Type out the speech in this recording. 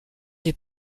des